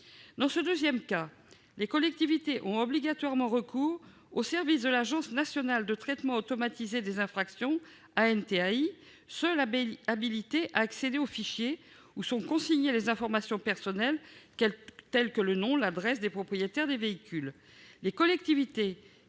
Dans ce deuxième cas, les collectivités ont obligatoirement recours aux services de l'Agence nationale de traitement automatisé des infractions, l'ANTAI, seule habilitée à accéder aux fichiers où sont consignées les informations personnelles- nom, adresse -des propriétaires des véhicules.